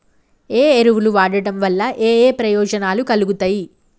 ఏ ఎరువులు వాడటం వల్ల ఏయే ప్రయోజనాలు కలుగుతయి?